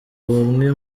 bamwe